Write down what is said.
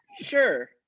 Sure